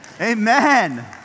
Amen